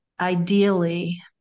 ideally